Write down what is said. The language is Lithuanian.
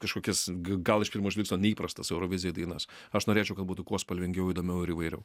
kažkokias gal iš pirmo žvilgsnio neįprastas eurovizijai dainas aš norėčiau kad būtų kuo spalvingiau įdomiau ir įvairiau